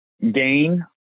gain